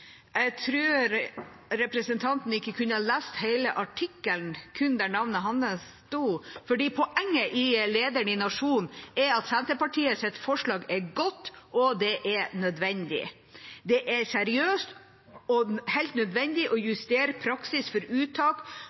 Jeg tror ikke representanten kan ha lest hele artikkelen, kun der navnet hans sto, for poenget i lederen i Nationen er at Senterpartiets forslag er godt og nødvendig. Det er seriøst og helt nødvendig å justere praksis for uttak